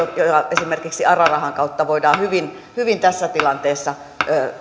esimerkiksi ara rahan kautta voidaan hyvin hyvin tässä tilanteessa